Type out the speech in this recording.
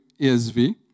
ESV